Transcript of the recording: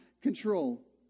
control